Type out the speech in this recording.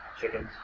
Chickens